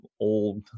old